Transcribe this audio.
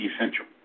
essential